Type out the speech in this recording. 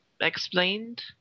explained